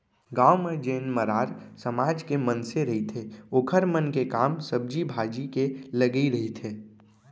गाँव म जेन मरार समाज के मनसे रहिथे ओखर मन के काम सब्जी भाजी के लगई रहिथे